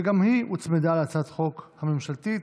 שגם היא הוצמדה להצעת החוק הממשלתית,